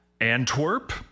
Antwerp